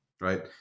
right